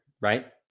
right